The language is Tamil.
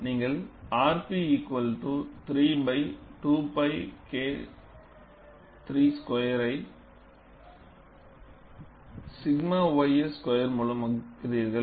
நீங்கள் rp 3 பை 2 pi kiii ஸ்கொயரை 𝛔 ys ஸ்கொயர் மூலம் வகுக்கிறீர்கள்